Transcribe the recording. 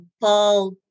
Paul